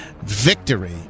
victory